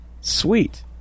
Sweet